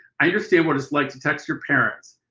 i understand what it's like to text your parents,